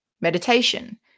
meditation